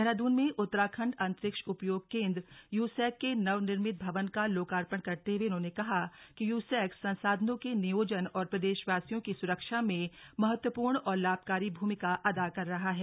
देहरादून में उत्तराखंड अंतरिक्ष उपयोग केंद्र यूसैक के नवनिर्मित भवन का लोकार्पण करते हुए उन्होंने कहा कि यूसैक संसाधनों के नियोजन और प्रदेशवासियों की सुरक्षा में महत्वपूर्ण और लाभकारी भूमिका अदा कर रहा है